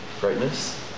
greatness